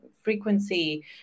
frequency